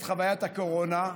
את חוויית הקורונה,